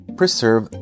preserve